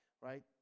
right